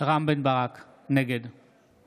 רם בן ברק, נגד